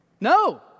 No